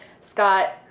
scott